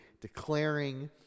declaring